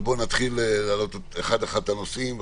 בואו נתחיל להעלות את הנושאים אחד-אחד.